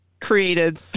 created